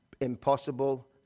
impossible